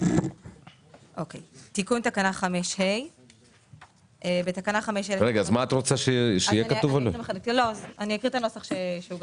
התקנה הזאת מסדירה אם יש שינוי